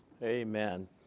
Amen